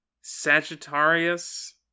Sagittarius